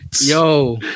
Yo